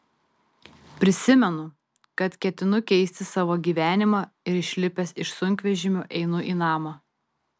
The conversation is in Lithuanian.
prisimenu kad ketinu keisti savo gyvenimą ir išlipęs iš sunkvežimio einu į namą